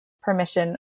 permission